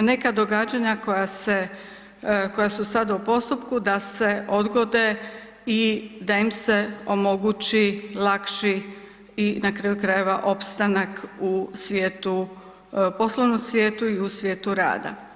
neka događanja koja se, koja su sad u postupku da se odgode i da im se omogući lakši i na kraju krajeva i opstanak u svijetu, poslovnom svijetu i u svijetu rada.